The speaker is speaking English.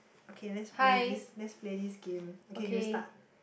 okay let's play this let's play this game okay you start